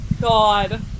God